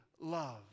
love